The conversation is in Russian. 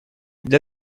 для